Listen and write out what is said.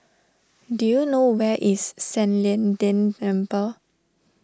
do you know where is San Lian Deng Temple